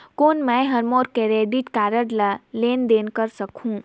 कौन मैं ह मोर क्रेडिट कारड ले लेनदेन कर सकहुं?